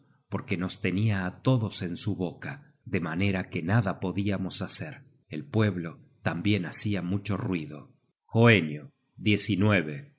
porque nos tenia á todos en su boca de manera que nada podíamos hacer el pueblo tambien hacia mucho ruido